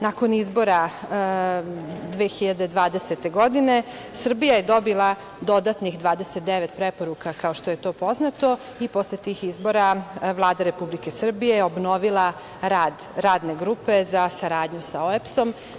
Nakon izbora 2020. godine Srbija je dobila dodatnih 29 preporuka, kao što je to poznato, i posle tih izbora Vlada Republike Srbije je obnovila rad Radne grupe za saradnju sa OEBS-om.